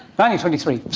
twenty twenty three,